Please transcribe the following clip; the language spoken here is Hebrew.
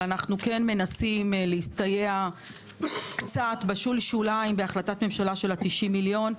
אנחנו כן מנסים להסתייע קצת בשול שוליים בהחלטת ממשלה של ה-90 מיליון.